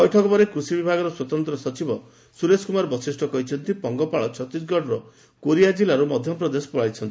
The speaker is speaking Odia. ବୈଠକ ପରେ କୃଷି ବିଭାଗର ସ୍ୱତନ୍ତ ସଚିବ ସୁରେଶ କୁମାର ବଶିଷ୍ କହିଛନ୍ତି ପଙ୍ଗପାଳ ଛତିଶଗଡର କୋରିଆ ଜିଲ୍ଲାରୁ ମଧପ୍ରଦେଶ ପଳାଇଛନ୍ତି